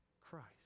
Christ